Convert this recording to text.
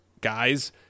guys